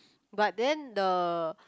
but then the